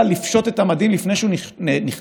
אני מבקש להקריא מכתב איום שהגיע לידיי ונשלח לכתבת